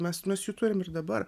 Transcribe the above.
mes mes jų turim ir dabar